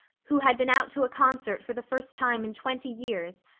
who had been out to a concert for the first time in twenty years,